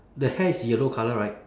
the hair is yellow colour right